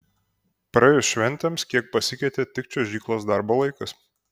praėjus šventėms kiek pasikeitė tik čiuožyklos darbo laikas